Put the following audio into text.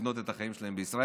ולבנות את החיים שלהם בישראל.